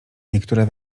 niektóre